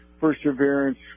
perseverance